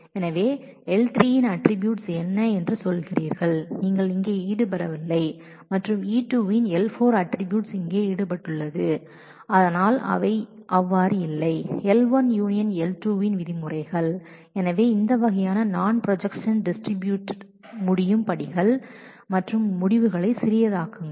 எனவே நீங்கள் என்ன சொல்கிறீர்கள் L3 இன் அட்ட்ரிபூயூட்ஸ் இங்கே ஈடுபடவில்லை மற்றும் E2 இன் L4 அட்ட்ரிபூயூட்ஸ் இங்கே ஈடுபட்டுள்ளன ஆனால் அவை அவ்வாறு இல்லை L1 U L2 இன் விதிமுறைகள் படி இந்த வகையான ப்ரொஜெக்ஷன்ஸ் படிகளை நான் டிஸ்ட்ரிபியூட் செய்ய முடியும் மற்றும் முடிவுகளை சிறியதாக்குங்கள்